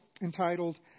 entitled